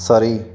Surrey